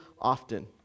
often